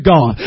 God